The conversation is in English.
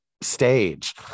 stage